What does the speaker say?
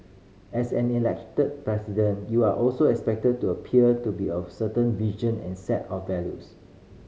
as an Elected President you are also expected to appeal to be of certain and set of values